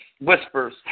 whispers